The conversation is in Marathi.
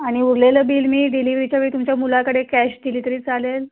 आणि उरलेलं बील मी डिलिवरीच्या वेळी तुमच्या मुलाकडे कॅश दिली तरी चालेल